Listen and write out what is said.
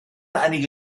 einige